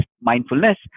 mindfulness